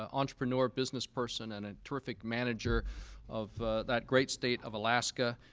ah entrepreneur, business person, and a terrific manager of that great state of alaska,